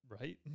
Right